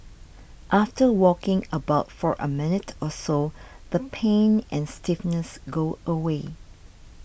after walking about for a minute or so the pain and stiffness go away